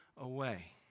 away